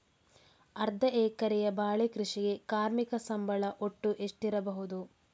ಅರ್ಧ ಎಕರೆಯ ಬಾಳೆ ಕೃಷಿಗೆ ಕಾರ್ಮಿಕ ಸಂಬಳ ಒಟ್ಟು ಎಷ್ಟಿರಬಹುದು?